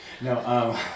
No